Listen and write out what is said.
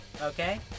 Okay